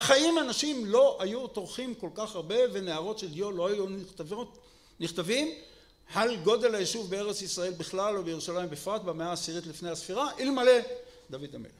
בחיים אנשים לא היו טורחים כל כך הרבה ונהרות של דיו לא היו נכתבות, נכתבים על גודל היישוב בארץ ישראל בכלל ובירושלים בפרט במאה העשירית לפני הספירה אלמלא דוד המלך